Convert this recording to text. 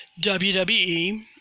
WWE